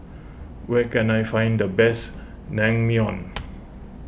where can I find the best Naengmyeon